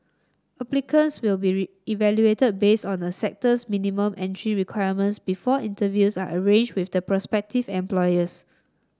applicants will be evaluated based on a sector's minimum entry requirements before interviews are arranged with the prospective employers